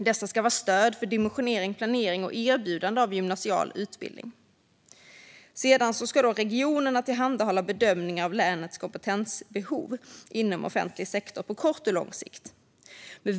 Dessa ska vara stöd för dimensionering och planering av samt erbjudande om gymnasial utbildning. Sedan ska regionerna tillhandahålla bedömningar av länets kompetensbehov inom offentlig sektor på kort och lång sikt.